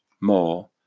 more